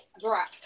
drop